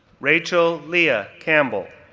rachel leah campbell,